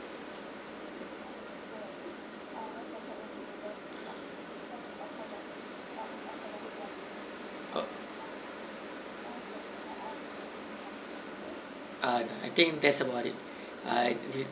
uh ah that's about it